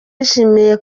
yishimiye